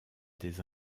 des